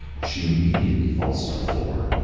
she immediately falls to the floor.